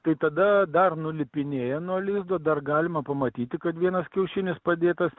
tai tada dar nulipinėja nuo lizdo dar galima pamatyti kad vienas kiaušinis padėtas